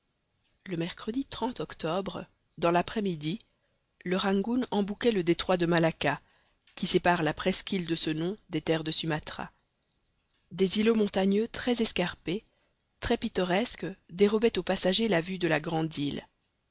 le mercredi octobre dans l'après-midi le rangoon embouquait le détroit de malacca qui sépare la presqu'île de ce nom des terres de sumatra des îlots montagneux très escarpés très pittoresques dérobaient aux passagers la vue de la grande île